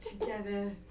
Together